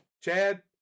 Chad